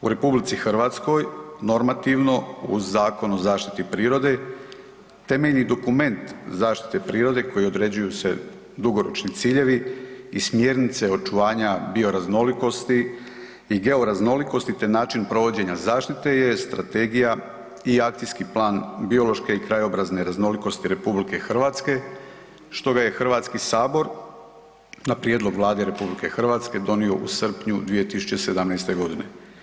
U RH normativno uz Zakon o zaštiti prirode temeljni dokument zaštite prirode kojim se određuju dugoročni ciljevi i smjernice očuvanja bioraznolikosti i georaznolikosti te način provodi zaštite je strategija i Akcijski plan biološke i krajobrazne raznolikosti RH što ga HS na prijedlog Vlade RH donio u srpnju 2017. godine.